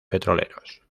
petroleros